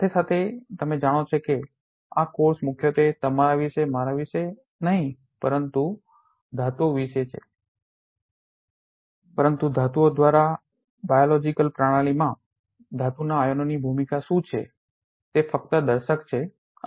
સાથે સાથે તમે જાણો છો કે આ કોર્સ મુખ્યત્વે તમારા વિશે મારા વિશે નહીં પણ ધાતુઓ વિશે છે પરંતુ ધાતુઓ દ્વારા બાયોલોજીકલ biological જૈવિક પ્રણાલીમાં ધાતુના આયનોની ભૂમિકા શું છે તે ફક્ત દર્શક છે અથવા તેમની ભૂમિકા ભજવવાની છે